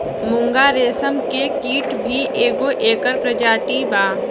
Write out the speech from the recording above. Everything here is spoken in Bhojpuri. मूंगा रेशम के कीट भी एगो एकर प्रजाति बा